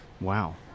Wow